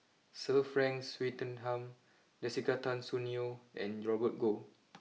Sir Frank Swettenham Jessica Tan Soon Neo and Robert Goh